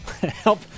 Help